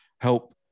help